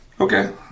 Okay